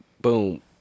Boom